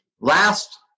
Last